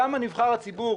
למה נבחר הציבור,